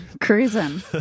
Cruising